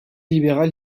libéral